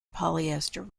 polyester